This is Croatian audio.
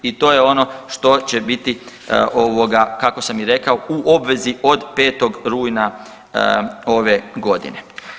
I to je ono što će biti kako sam i rekao u obvezi od 5. rujna ove godine.